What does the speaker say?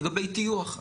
לגבי טיוח,